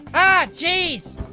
geez!